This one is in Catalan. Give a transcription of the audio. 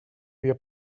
havia